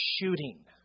shooting